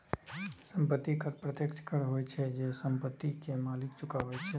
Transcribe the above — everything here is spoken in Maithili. संपत्ति कर प्रत्यक्ष कर होइ छै, जे संपत्ति के मालिक चुकाबै छै